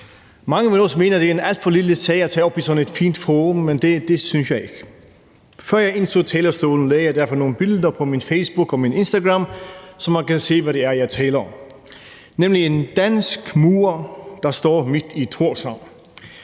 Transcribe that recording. også mene, at det er en alt for lille sag at tage op i sådan et fint forum, men det synes jeg ikke. Før jeg indtog talerstolen, lagde jeg derfor nogle billeder på min Facebook og Instagram, så man kan se, hvad det er, jeg taler om, nemlig en dansk mur, der står midt i Thorshavn.